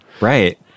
Right